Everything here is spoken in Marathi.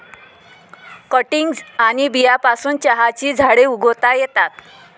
कटिंग्ज आणि बियांपासून चहाची झाडे उगवता येतात